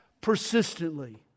persistently